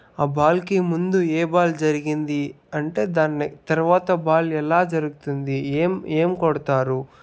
ఆ బాల్ కి ముందు ఏ బాల్ జరిగింది అంటే దాన్ని తర్వాత బాల్ ఎలా జరుగుతుంది ఏం ఏం కొడతారు